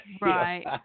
Right